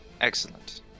Excellent